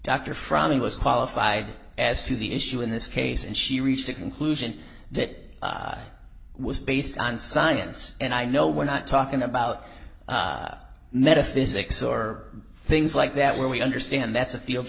from me was qualified as to the issue in this case and she reached a conclusion that was based on science and i know we're not talking about metaphysics or things like that where we understand that's a field